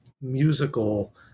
musical